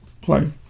Play